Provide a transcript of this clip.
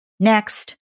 Next